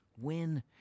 win